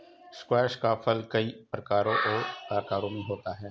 squash का फल कई प्रकारों और आकारों में होता है